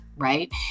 right